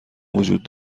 وجود